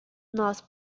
nós